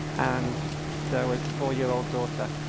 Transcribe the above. and there was the four-year-old daughter.